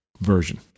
version